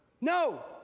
No